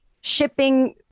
shipping